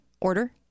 order